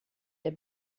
der